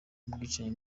ubwicanyi